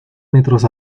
metros